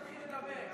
תתחיל לדבר,